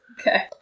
Okay